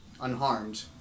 unharmed